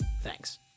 Thanks